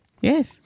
yes